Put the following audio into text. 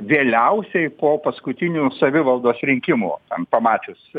vėliausiai po paskutinių savivaldos rinkimų ten pamačius